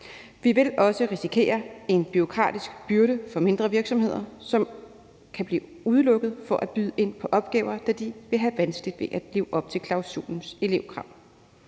Vi vil også risikere en bureaukratisk byrde for mindre virksomheder, som kan blive udelukket fra at byde ind på opgaver, da de vil have vanskeligt ved at leve op til klausulens elevkrav.